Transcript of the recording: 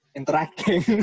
Interacting